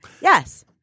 yes